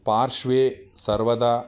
पार्श्वे सर्वदा